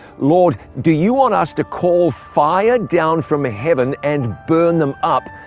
lord, do you want us to call fire down from ah heaven and burn them up,